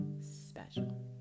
special